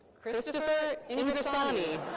christopher and ingrisani.